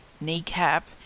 kneecap